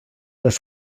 les